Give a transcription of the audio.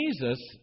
Jesus